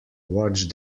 watch